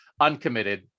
uncommitted